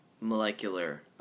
molecular